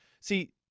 See